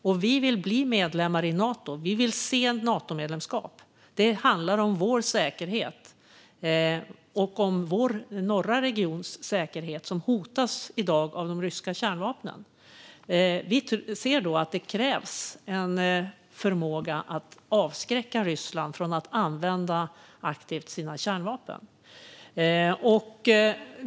Och vi vill bli medlemmar i Nato. Vi vill se ett Natomedlemskap. Det handlar om vår säkerhet, och vår norra regions säkerhet hotas i dag av de ryska kärnvapnen. Vi ser då att det krävs förmåga att avskräcka Ryssland från att aktivt använda sina kärnvapen.